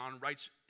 writes